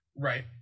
Right